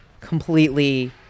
completely